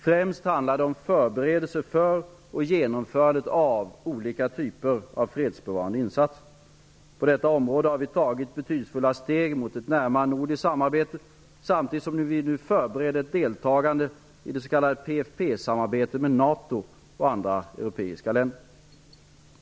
Främst handlar detta om förberedelser för och genomförandet av olika typer av fredsbevarande insatser. På detta område har vi tagit betydelsefulla steg mot ett närmare nordiskt samarbete, samtidigt som vi nu förbereder ett deltagande i det s.k. PFP-samarbetet med NATO och andra europeiska länder.